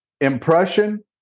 Impression